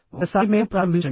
ఒకసారి మేము ప్రారంభించండి